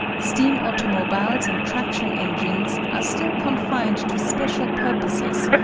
steam automobiles and traction engines are still confined to special purposes,